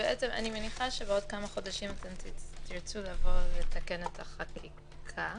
שבעוד כמה חודשים תרצו לבוא לתקן את החקיקה,